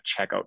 checkout